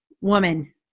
woman